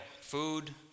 Food